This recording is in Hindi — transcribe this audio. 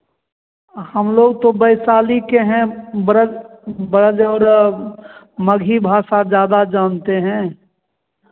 हम लोग तो वैशाली के हैं ब्रज ब्रज और मगही भासा ज़्यादा जानते हैं